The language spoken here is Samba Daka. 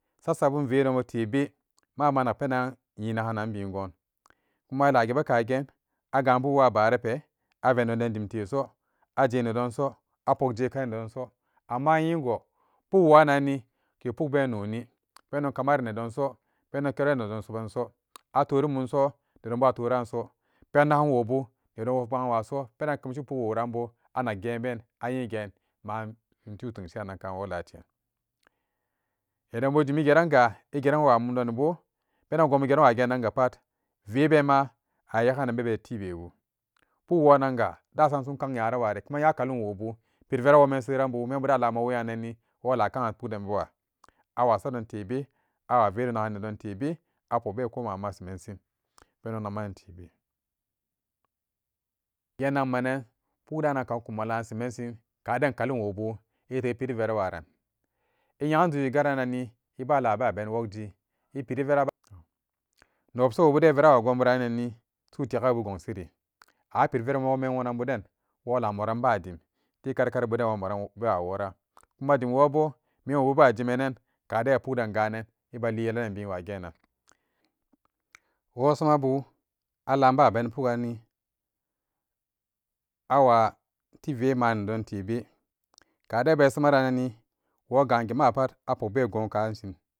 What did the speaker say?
Sesabon vedombu tebe mama nak penan gan bigon kuma ilageran kagen agabu wabarape avenedon bumte so ajene donso apuk jekana nedo nso amma a yingo puk soni ke pukbe noni pendom kamare ne donn so pendomlara nedom loban so aturi mumso nedom kuma aturaso pennagan wobu nedonmlara banwaso penanan kemshi pukwo wanbo anak gebe ayinge mato temshi wola teyan nadon mjim igiran ga mumduninbu penan gonbu geran wagebu go van gapat vebema a yagana nne tebebu pukwonan ga da samsan kan nyara wari kuma nya kalumwobu pere women seran bu membu dan ala wayi wenanni wola kagan puk dem bewa awa sadonm tebe awaveri nedonmle ba apukre koh ma pat shemenshin pendoma nakmanan tebe genanmanan puk danan bela sheman shi kadan kalum wobu ireperi veri waran iyanuyani iba laba beni workji newabsawoden iperivera wa gonmbu innane sotegabu gonshiri an iperi vara wo men wonan bu den wolamuran ba dem karkar bu dem bawa ra kuma dem wobo menwobu bewajimanan kaden iyapuk den ganen delen be wagenan. wosamabu alababen pukganni awa tive mana nedom tebe kaden ibasama ranni worgaget mapat apok begon ka shin.